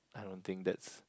I don't think that's